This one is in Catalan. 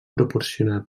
proporcionada